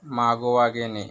मागोवा घेणे